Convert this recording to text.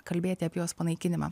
kalbėti apie jos panaikinimą